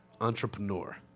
entrepreneur